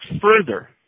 further